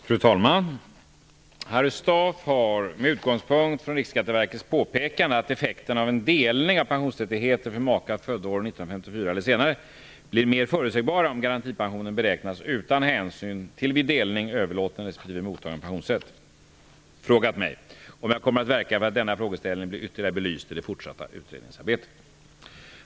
Fru talman! Harry Staaf har -- med utgångspunkt från Riksskatteverkets påpekande att effekterna av en delning av pensionsrättigheter för makar födda år 1954 eller senare blir mer förutsägbara om garantipensionen beräknas utan hänsyn till vid delning överlåten respektive mottagen pensionsrätt -- frågat mig om jag kommer att verka för att denna frågeställning blir ytterligare belyst i det fortsatta utredningsarbetet.